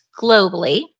globally